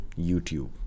YouTube